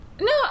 No